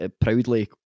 proudly